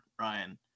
Ryan